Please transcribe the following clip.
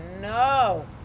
no